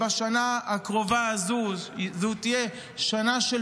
תודה רבה.